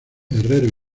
herreros